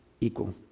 equal